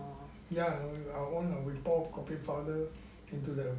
yeah on our own we pour coffee powder into the